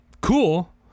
cool